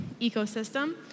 ecosystem